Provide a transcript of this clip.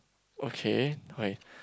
okay why